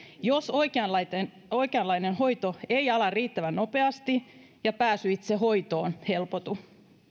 jos oikeanlainen oikeanlainen hoito ei ala riittävän nopeasti ja pääsy itse hoitoon helpotu